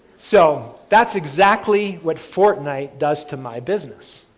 so, that's exactly what fortnite does to my business,